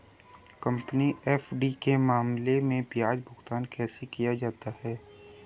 Company FD के मामले में ब्याज भुगतान कैसे किया जाता है?